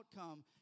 outcome